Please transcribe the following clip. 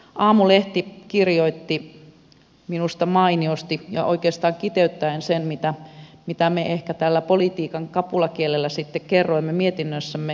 aamulehti kirjoitti minusta mainiosti ja oikeastaan kiteyttäen sen mitä me ehkä tällä politiikan kapulakielellä sitten kerroimme mietinnössämme